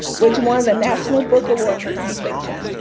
which won the national book award for nonfiction.